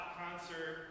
concert